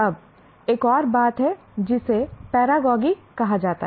अब एक और बात है जिसे पैरागॉजी कहा जाता है